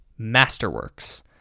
Masterworks